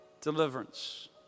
deliverance